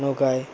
নৌকায়